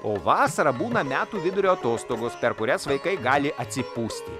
o vasarą būna metų vidurio atostogos per kurias vaikai gali atsipūsti